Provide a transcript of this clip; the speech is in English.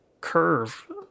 curve